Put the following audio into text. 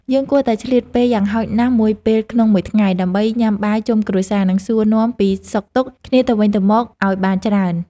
យើងគួរតែឆ្លៀតពេលយ៉ាងហោចណាស់មួយពេលក្នុងមួយថ្ងៃ ដើម្បីញ៉ាំបាយជុំគ្រួសារ និងសួរនាំពីសុខទុក្ខគ្នាទៅវិញទៅមកឲ្យបានច្រើន។